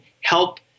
help